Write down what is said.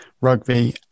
rugby